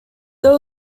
there